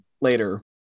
later